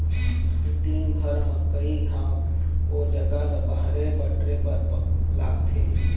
दिनभर म कइ घांव ओ जघा ल बाहरे बटरे बर लागथे